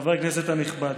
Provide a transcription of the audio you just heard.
חבר הכנסת הנכבד.